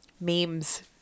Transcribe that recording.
memes